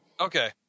Okay